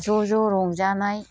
ज' ज' रंजानाय